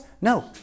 No